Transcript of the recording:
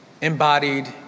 embodied